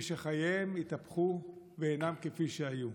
ושחייהם התהפכו ואינם כפי שהיו.